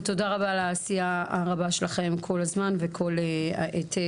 ותודה רבה על העשייה הרבה שלכם כל הזמן וכל העת.